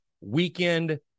weekend